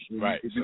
Right